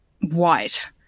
white